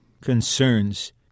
concerns